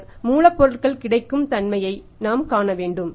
பின்னர் மூலப்பொருட்கள் கிடைக்கும் தன்மையை நாம் காண வேண்டும்